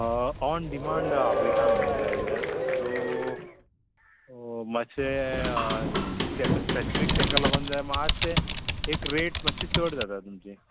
on demand आपयता आमी जाय जाल्यार सो मातशें तेका स्पेसिफीक तेका लागोन जाय मात्शें एक रेट मातशें चड जाता तुमची